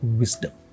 wisdom